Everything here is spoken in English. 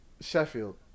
Sheffield